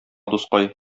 дускай